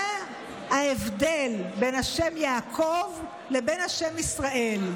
מה ההבדל בין השם "יעקב" לבין השם "ישראל"?